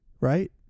right